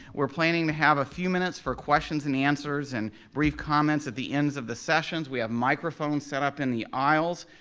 we're planning to have a few minutes for questions and answers and brief comments at the ends of the sessions. we have microphones set up in the aisles.